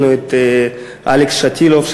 יש לנו את אלכס שטילוב,